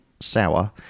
sour